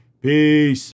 peace